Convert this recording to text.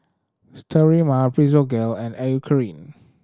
Sterimar Physiogel and Eucerin